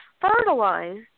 fertilized